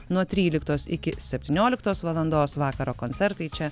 nuo tryliktos iki septynioliktos valandos vakaro koncertai čia